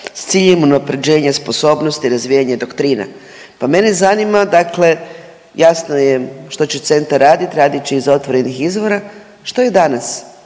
s ciljem unapređenja sposobnosti, razvijanja doktrina, pa mene zanima, dakle jasno je što će centar radit, radit će iz otvorenih izvora. Što je danas?